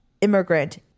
immigrant